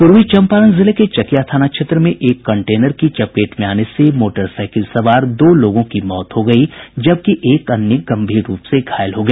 पूर्वी चंपारण जिले के चकिया थाना क्षेत्र में एक कंटेनर की चपेट में आने से मोटरसाइकिल सवार दो लोगों की मौत हो गयी जबकि एक अन्य गंभीर रूप से घायल हो गया